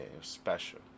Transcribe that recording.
special